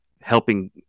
helping